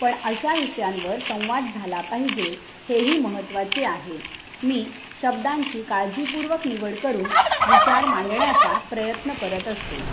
पण अशा विषयांवर संवाद झाला पाहिजे हेही महत्त्वाचे आहे मी शब्दांची काळजीपूर्वक निवड करून विचार मांडण्याचा प्रयत्न करत असते